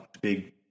big